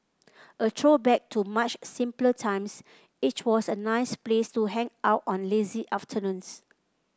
a throwback to much simpler times it was a nice place to hang out on lazy afternoons